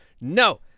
no